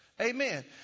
Amen